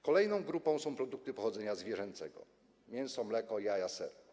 Kolejną grupą są produkty pochodzenia zwierzęcego: mięso, mleko, jaja, ser.